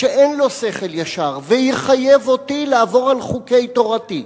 שאין לו שכל ישר ויחייב אותי לעבור על חוקי תורתי.